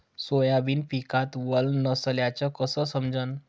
Soybean पिकात वल नसल्याचं कस समजन?